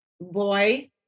boy